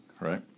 right